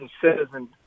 citizen